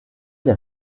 der